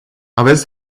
aveți